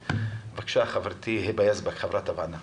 בבקשה, חברתי היבה יזבק, חברת הוועדה.